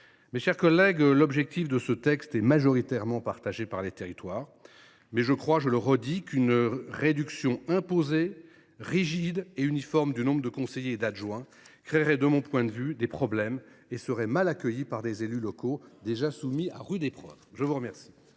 Mes chers collègues, l’objectif du texte est majoritairement partagé par les territoires. Mais, encore une fois, une réduction imposée, rigide et uniforme du nombre de conseillers et d’adjoints créerait, de mon point de vue, des problèmes, et elle serait mal accueillie par les élus locaux, qui sont déjà soumis à rude épreuve. La parole